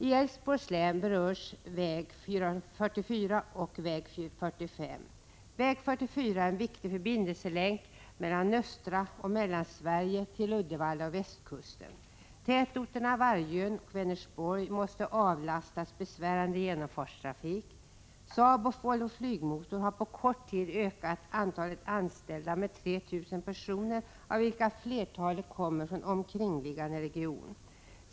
I Älvsborgs län berörs väg 44 och väg 45. Väg 44 är en viktig förbindelselänk från östra Sverige och Mellansverige till Uddevalla och Västkusten. Tätorterna Vargön och Vänersborg måste avlastas besvärande genomfartstrafik. Saab och Volvo Flygmotor har på kort tid ökat antalet anställda med 3 000 personer, av vilka flertalet kommer från omkringliggande region.